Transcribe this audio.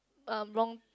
um wrong